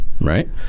right